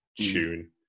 tune